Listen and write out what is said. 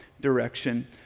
direction